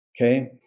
Okay